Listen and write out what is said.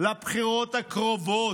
בבחירות הקרובות,